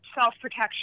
self-protection